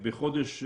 בחודש נובמבר,